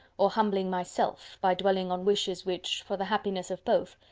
or humbling myself, by dwelling on wishes which, for the happiness of both,